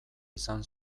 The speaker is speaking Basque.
izan